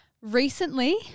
Recently